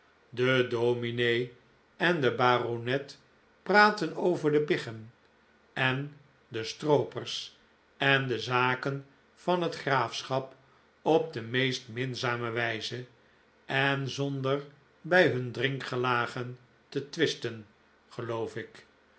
de dominee en de baronet praten over de biggen en de stroopers en de zaken van het graafschap op de meest minzame wijze en zonder bij hun drinkgelagen te twisten geloof ik